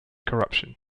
corruption